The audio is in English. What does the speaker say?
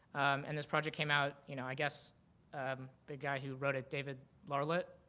and this project came out you know i guess the guy who wrote it david larlit